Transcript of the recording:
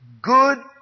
good